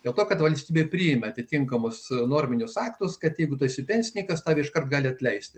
dėl to kad valstybė priima atitinkamus norminius aktus kad jeigu tu esi pensininkas tave iškart gali atleisti